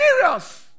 serious